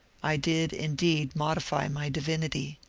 i did, indeed, modify my divinity.